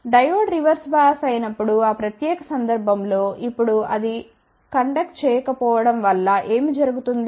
diode reverse bias అయినప్పుడు ఆ ప్రత్యేక సందర్భం లో ఇప్పుడు అది కండక్ట్ చేయకపోవడం వల్ల ఏమి జరుగుతుంది